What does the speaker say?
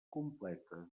completa